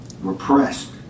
repressed